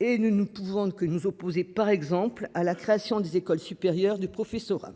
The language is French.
et nous ne pouvons que nous opposer par exemple à la création des écoles supérieures du professorat.